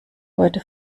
heute